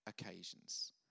occasions